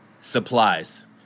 supplies